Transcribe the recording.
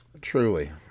Truly